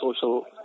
social